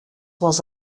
was